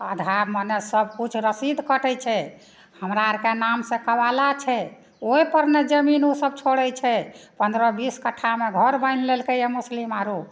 आधार मने सबकिछु रसीद कटै छै हमरा आरके नाम से केबाला छै ओहिपर नहि जमीन ओसब छोड़ै छै पन्द्रह बीस कट्ठामे घर बान्हि लेलकैया मुस्लिम आर ओ